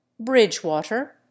Bridgewater